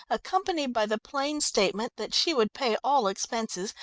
accompanied by the plain statement that she would pay all expenses,